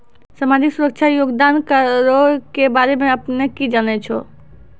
समाजिक सुरक्षा योगदान करो के बारे मे अपने कि जानै छो?